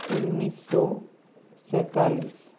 उन्नीस सौ सैंतालीस